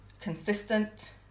consistent